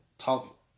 Talk